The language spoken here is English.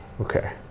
okay